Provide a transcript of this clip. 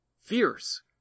fierce